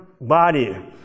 body